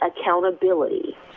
accountability